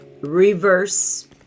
reverse